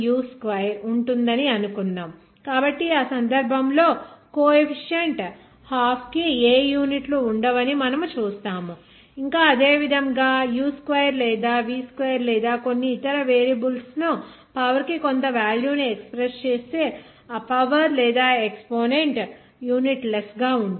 u2 ఉంటుందని అనుకుందాం కాబట్టి ఆ సందర్భంలో కో ఎఫిషియెంట్ హాఫ్ కి ఏ యూనిట్ లు ఉండవని మనము చూస్తాము ఇంకా అదేవిధంగా మీరు u2 లేదా v2 లేదా కొన్ని ఇతర వేరియబుల్స్ను పవర్ కి కొంత వాల్యూ ను ఎక్సప్రెస్ చేస్తే ఆ పవర్ లేదా ఎక్సపోనెంట్ యూనిట్లెస్ గా ఉంటుంది